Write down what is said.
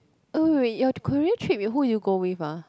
oh wait your Korea trip with who you go with ah